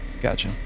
gotcha